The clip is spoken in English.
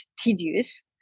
tedious